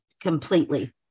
completely